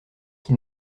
qui